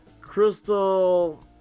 Crystal